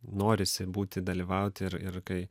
norisi būti dalyvauti ir ir kai